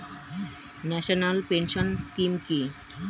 National pension scheme কি?